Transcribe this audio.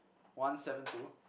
one seven two